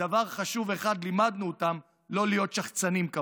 ודבר חשוב אחד לימדנו אותם: לא להיות שחצנים כמוך.